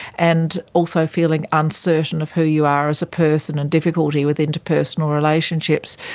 and also feeling uncertain of who you are as a person and difficulty with interpersonal relationships.